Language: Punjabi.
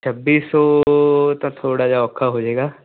ਛੱਬੀ ਸੌ ਤਾਂ ਥੋੜ੍ਹਾ ਜਿਹਾ ਔਖਾ ਹੋ ਜਾਵੇਗਾ